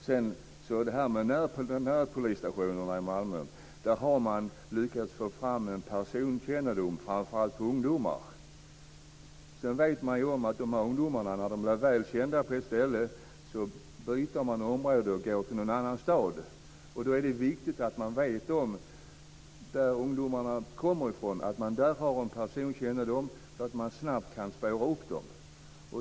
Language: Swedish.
Vid närpolisstationerna i Malmö har man lyckats få fram en personkännedom, framför allt i fråga om ungdomar. Sedan vet man ju att när de här ungdomarna blir väl kända på ett ställe byter de område och beger sig till en annan stad. Då är det viktigt att man på det ställe som ungdomarna kommer från har en personkännedom så att man snabbt kan spåra upp dem.